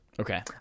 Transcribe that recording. okay